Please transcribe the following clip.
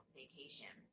vacation